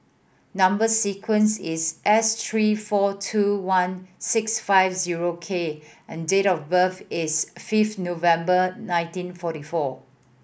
number sequence is S three four two one six five zero K and date of birth is fifth November nineteen forty four